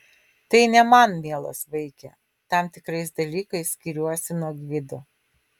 tai ne man mielas vaike tam tikrais dalykais skiriuosi nuo gvido